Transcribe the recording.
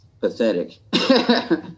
Pathetic